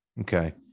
Okay